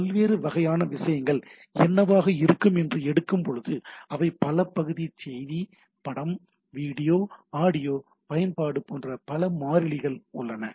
பல்வேறு வகையான விஷயங்கள் என்னவாக இருக்கும் என்று எடுக்கும் போது அவை பல பகுதி செய்தி படம் வீடியோ ஆடியோ பயன்பாடு போன்ற பல மாறிலிகள் உள்ளன